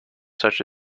such